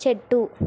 చెట్టు